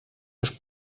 seus